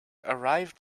arrived